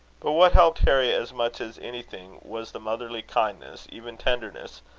but what helped harry as much as anything, was the motherly kindness, even tenderness,